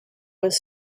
was